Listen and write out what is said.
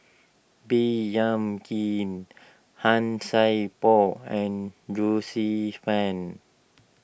Baey Yam Keng Han Sai Por and Joyce Fan